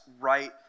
right